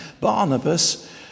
Barnabas